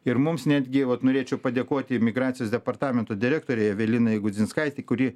ir mums netgi vat norėčiau padėkoti migracijos departamento direktorei evelinai gudzinskaitei kuri